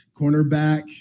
cornerback